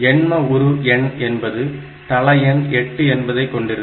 எண்ம உரு எண் என்பது தள எண் 8 என்பதைக் கொண்டிருக்கும்